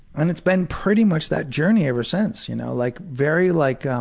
and it's been pretty much that journey ever since. you know, like very like,